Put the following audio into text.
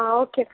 okay